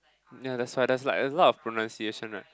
ya that's why there's like a lot of pronunciation right